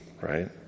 right